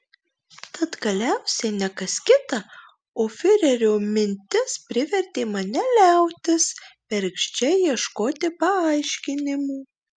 tad galiausiai ne kas kita o fiurerio mintis privertė mane liautis bergždžiai ieškoti paaiškinimų